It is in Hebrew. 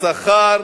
השכר